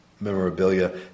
memorabilia